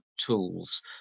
tools